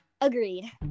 agreed